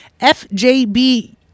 FJB